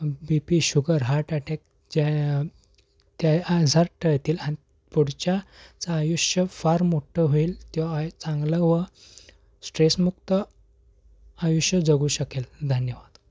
बी P sugar heart attack ज्या त्या आजार टळतील आणि पुढच्या चं आयुष्य फार मोठ्ठं होईल तो आ चांगलं व स्ट्रेसमुक्त आयुष्य जगू शकेल धन्यवाद